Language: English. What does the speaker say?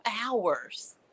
hours